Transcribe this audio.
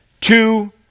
Two